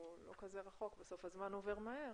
שהוא לא כזה רחוק ובסוף הזמן עובר מהר,